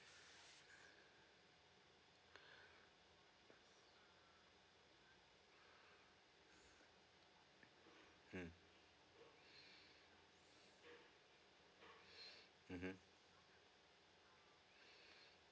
mm mmhmm